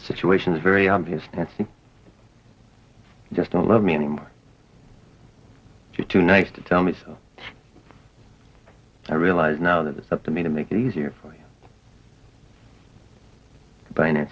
situations very obvious that you just don't love me anymore you're too nice to tell me so i realize now that it's up to me to make it easier for you but i